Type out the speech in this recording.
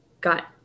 got